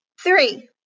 three